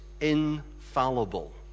infallible